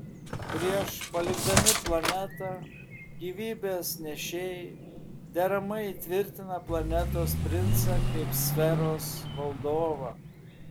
prieš palikdami planetą gyvybės nešėjai deramai įtvirtina planetos princą kaip sferos valdovą